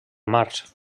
març